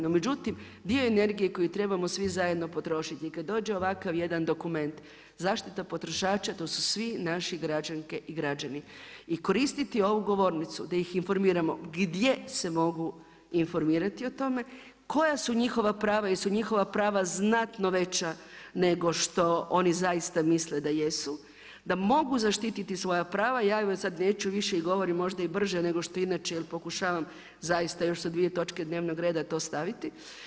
No međutim dio energije koju trebamo svi zajedno potrošiti i kad dođe ovakav jedan dokument, zaštita potrošača, to su svi naši građanke i građani i koristiti ovu govornicu, da ih informiramo, gdje se mogu informirati o tvome, koja su njihova prava, jel su njihova prava znatno veća nego što oni zaista misle da jesu, da mogu zaštiti svoja prava, ja vam sad neću više i govorim možda i brže nego što inače, jer pokušavam, zaista, još su 2 točke dnevnog reda, to staviti.